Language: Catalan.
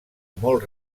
molt